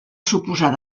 suposar